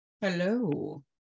Hello